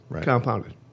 compounded